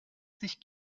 sich